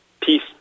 peace